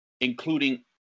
including